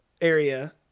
area